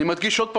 אני מדגיש עוד פעם,